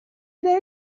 داره